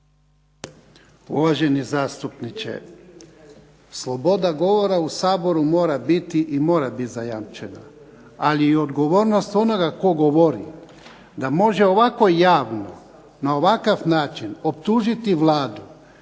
Uvaženi zastupniče, sloboda govora u Saboru mora biti i mora biti zajamčena, ali i odgovornost onoga tko govori da može ovako javno na ovakav način optužiti Vladu